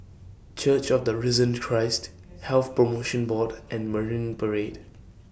Church of The Risen Christ Health promotion Board and Marine Parade